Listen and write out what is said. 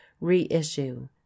reissue